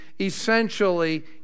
essentially